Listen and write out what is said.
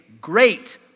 great